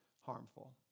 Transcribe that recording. harmful